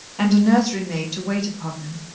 and a nursery-maid to wait upon them,